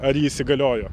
ar ji įsigaliojo